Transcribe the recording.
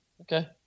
okay